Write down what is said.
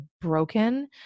broken